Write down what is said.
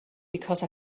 because